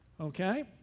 Okay